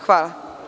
Hvala.